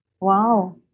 Wow